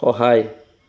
সহায়